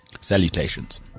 Salutations